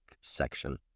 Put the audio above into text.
section